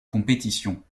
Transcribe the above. compétitions